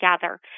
together